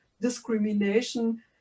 discrimination